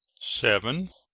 seven.